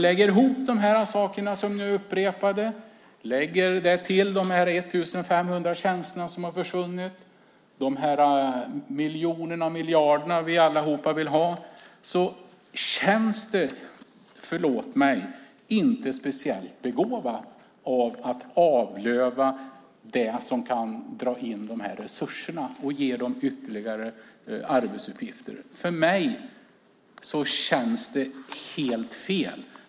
Lägger man ihop de saker jag räknade upp med de 1 500 tjänster som har försvunnit och de miljarder vi alla vill ha känns det, förlåt mig, inte speciellt begåvat att avlöva det som kan dra in resurserna och ge ytterligare arbetsuppgifter. För mig känns det helt fel.